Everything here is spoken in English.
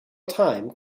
time